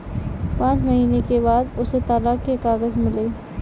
पांच महीने के बाद उसे तलाक के कागज मिले